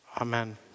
amen